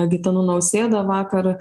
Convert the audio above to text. gitanu nausėda vakar